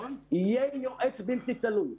יהיה לי יועץ בלתי תלוי.